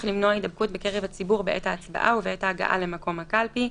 למנוע הידבקות בקרב הציבור בעת ההצבעה ובעת ההגעה למקום הקלפי,